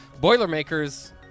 Boilermakers